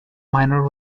minor